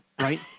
right